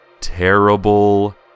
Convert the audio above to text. terrible